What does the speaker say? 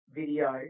video